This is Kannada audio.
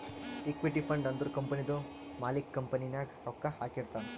ಇಕ್ವಿಟಿ ಫಂಡ್ ಅಂದುರ್ ಕಂಪನಿದು ಮಾಲಿಕ್ಕ್ ಕಂಪನಿ ನಾಗ್ ರೊಕ್ಕಾ ಹಾಕಿರ್ತಾನ್